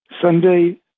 Sunday